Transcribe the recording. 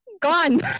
gone